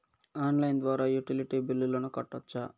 Online ద్వారా utility బిల్లులను కట్టొచ్చా?